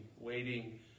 waiting